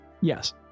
Yes